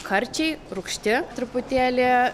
karčiai rūgšti truputėlį